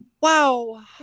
wow